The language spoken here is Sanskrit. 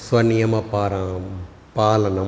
स्वनियमं पारां पालनम्